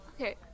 Okay